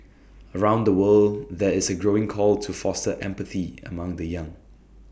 around the world there is A growing call to foster empathy among the young